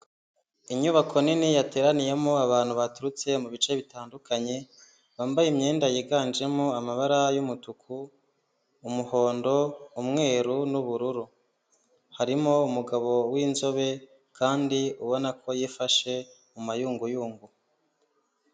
Inyubako nini yateraniyemo abantu baturutse mu bice bitandukanye, bambaye imyenda yiganjemo amabara y'umutuku, umuhondo, umweru n'ubururu. Harimo umugabo w'inzobe kandi ubona ko yifashe mu mayunguyungu.